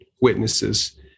witnesses